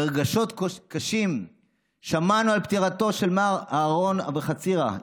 ברגשות קשים שמענו על פטירתו של מר אהרן אבוחצירא.